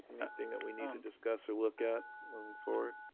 anything that we need to discuss or look at moving forward.